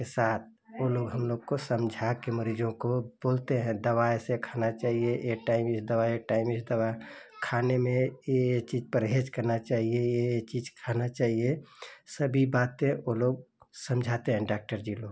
के साथ वे लोग हमलोग को समझाकर मरीज़ों को बोलते हैं दवा ऐसे खानी चाहिए एक टाइम इस दवा एक टाइम इस दवा खाने में यह यह चीज़ परहेज़ करनी चाहिए यह यह चीज खाना चाहिए सभी बातें वे लोग समझाते हैं डॉक्टर जी लोग